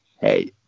Hey